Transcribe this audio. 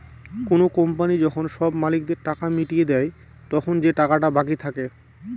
কোনো কোম্পানি যখন সব মালিকদের টাকা মিটিয়ে দেয়, তখন যে টাকাটা বাকি থাকে